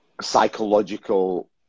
psychological